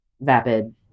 vapid